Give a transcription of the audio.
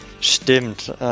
Stimmt